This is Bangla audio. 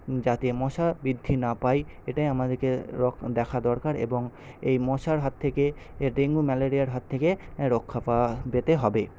যাতে মশা বৃদ্ধি না পায় এটাই আমাদেরকে দেখা দরকার এবং এই মশার হাত থেকে এই ডেঙ্গু ম্যালেরিয়ার হাত থেকে রক্ষা পাওয়া পেতে হবে